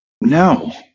No